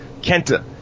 Kenta